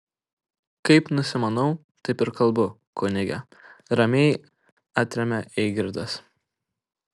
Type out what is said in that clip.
kaip nusimanau taip ir kalbu kunige ramiai atremia eigirdas